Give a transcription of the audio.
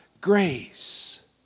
grace